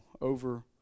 over